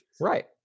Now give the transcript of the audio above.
Right